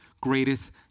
greatest